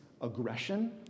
aggression